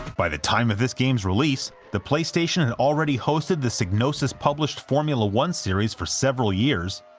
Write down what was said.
by the time of this game's release, the playstation had already hosted the psygnosis-published formula one series for several years,